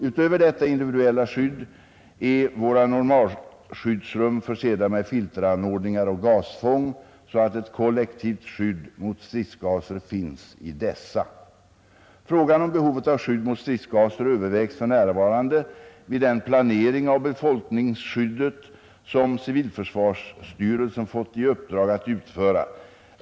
Utöver detta individuella skydd är våra normalskyddsrum försedda med filteranordningar och gasfång, så att ett kollektivt skydd mot stridsgaser finns i dessa. Frågan om behovet av skydd mot stridsgaser övervägs för närvarande vid den planering av befolkningsskyddet som civilförsvarsstyrelsen fått i uppdrag att utföra.